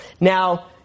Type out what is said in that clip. Now